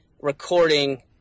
recording